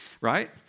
right